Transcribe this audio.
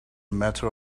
matter